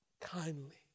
kindly